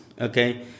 Okay